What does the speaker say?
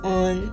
on